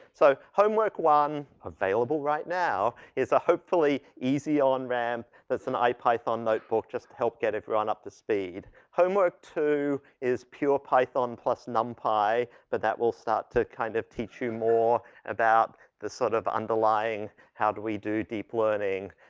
so, homework one available right now, is a hopefully easy on ramp. that's on and ipython notebook, just help get everyone up to speed. homework two is pure python plus numpy but that will start to kind of teach you more about the sort of underlying, how do we do deep learning.